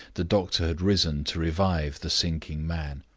the doctor had risen to revive the sinking man.